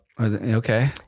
Okay